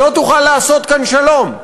לא תוכל לעשות כאן שלום.